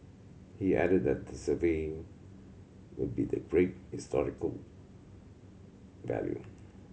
he added that the survey would be the great historical value